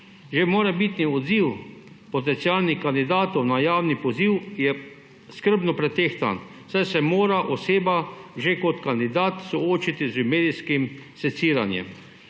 Že morebitni odziv potencialnih kandidatov na javni poziv je skrbno pretehtan, saj se mora oseba že kot kandidat soočiti z medijskim seciranjem.